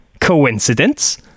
coincidence